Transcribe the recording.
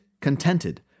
contented